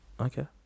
Okay